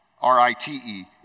R-I-T-E